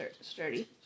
sturdy